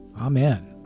Amen